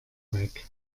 weg